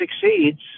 succeeds